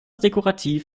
dekorativ